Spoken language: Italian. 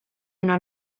una